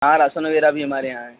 ہاں راشن وغیرہ بھی ہمارے یہاں ہے